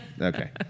Okay